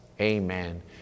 Amen